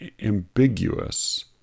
ambiguous